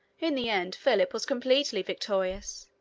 in the end philip was completely victorious,